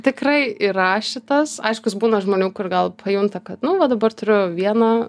tikrai yra šitas aiškus būna žmonių kur gal pajunta kad nu va dabar turiu vieną